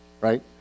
right